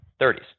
30s